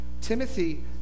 Timothy